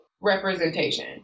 representation